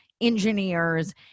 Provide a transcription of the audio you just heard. engineers